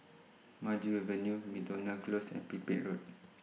Maju Avenue Miltonia Close and Pipit Road